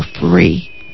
free